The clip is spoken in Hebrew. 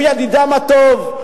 הוא ידידם הטוב,